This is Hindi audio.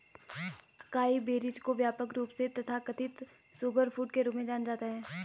अकाई बेरीज को व्यापक रूप से तथाकथित सुपरफूड के रूप में जाना जाता है